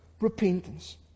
repentance